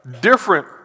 different